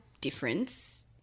difference